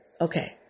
Okay